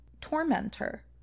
tormentor